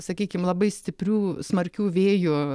sakykim labai stiprių smarkių vėjų